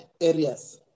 areas